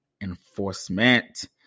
enforcement